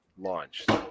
launched